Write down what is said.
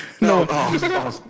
No